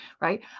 right